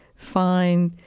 find